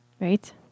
right